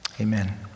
Amen